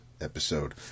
episode